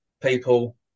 people